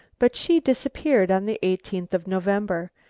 but she disappeared on the eighteenth of november.